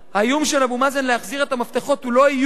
האיום של אבו מאזן להחזיר את המפתחות הוא לא איום,